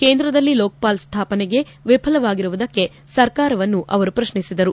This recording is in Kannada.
ಕೇಂದ್ರದಲ್ಲಿ ಲೋಕಪಾಲ್ ಸ್ಟಾಪನೆಗೆ ವಿಫಲವಾಗಿರುವುದಕ್ಕೆ ಸರ್ಕಾರವನ್ನು ಅವರು ಪ್ರಶ್ನಿಸಿದರು